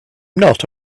not